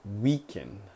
weaken